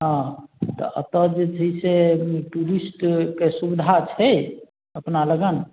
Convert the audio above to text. हँ तऽ एतऽ जे छै से टूरिस्टके सुविधा छै अपनालग